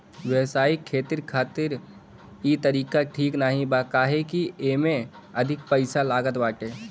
व्यावसायिक खेती खातिर इ तरीका ठीक नाही बा काहे से की एमे अधिका पईसा लागत बाटे